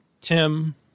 Tim